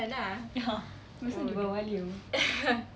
(uh huh) besok deepavali apa